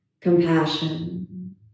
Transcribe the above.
compassion